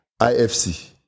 IFC